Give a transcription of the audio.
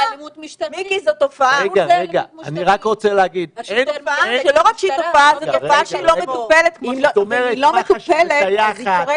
ולא רק זה, זו גם תופעה שלא מטופלת כפי שצריך.